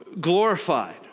glorified